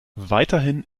weiterhin